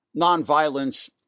nonviolence